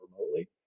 remotely